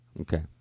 Okay